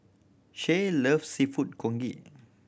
Shay loves Seafood Congee